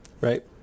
Right